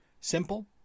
Simple